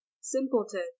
simpleton